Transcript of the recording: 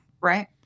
Right